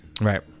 Right